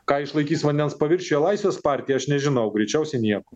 ką išlaikys vandens paviršiuje laisvės partija aš nežinau greičiausiai nieko